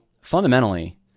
fundamentally